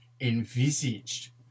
envisaged